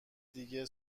دیگه